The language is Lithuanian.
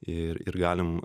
ir ir galim